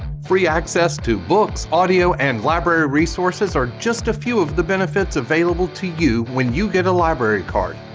free access to books, audio, and library resources are just a few of the benefits available to you when you get a library card!